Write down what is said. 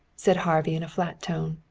said harvey in a flat tone.